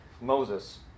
Moses